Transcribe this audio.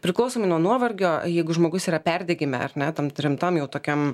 priklausomai nuo nuovargio jeigu žmogus yra perdegime ar ne tam rimtam jau tokiam